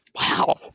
Wow